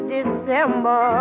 December